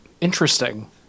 Interesting